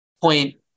point